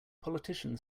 politician